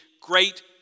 great